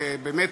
ובאמת,